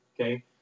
Okay